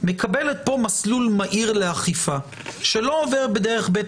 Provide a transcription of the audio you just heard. מקבלת פה מסלול מהיר לאכיפה שלא עובר בדרך בית